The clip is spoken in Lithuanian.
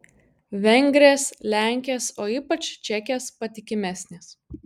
vengrės lenkės o ypač čekės patikimesnės